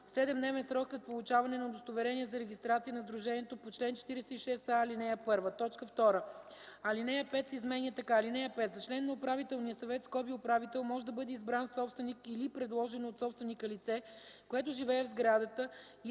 7-дневен срок след получаване на удостоверение за регистрация на сдружението по чл. 46а, ал. 1.” 2. Алинея 5 се изменя така „(5) За член на управителния съвет (управител) може да бъде избран собственик или предложено от собственика лице, което живее в сградата и